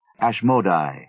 Ashmodai